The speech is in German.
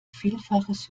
vielfaches